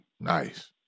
Nice